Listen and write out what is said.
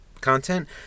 content